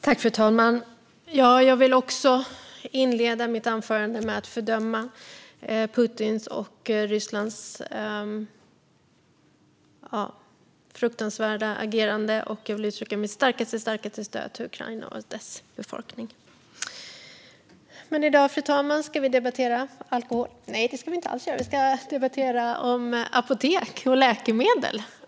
Fru talman! Jag vill också inleda mitt anförande med att fördöma Putins och Rysslands fruktansvärda agerande och uttrycka mitt starkaste stöd för Ukraina och dess befolkning. Men i dag, fru talman, ska vi debattera alkohol - nej, det ska vi inte alls göra! Vi ska debattera apotek och läkemedel.